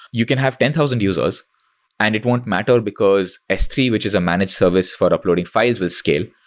you can have ten thousand users and it won't matter, because s three, which is a managed service for uploading files will scale.